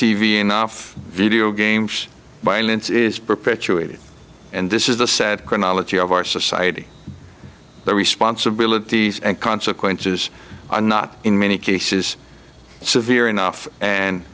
v enough video games violence is perpetuated and this is the set chronology of our society the responsibilities and consequences are not in many cases severe enough and